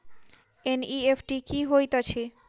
NEFT की होइत अछि?